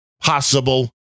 possible